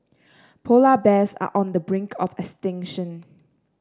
polar bears are on the brink of extinction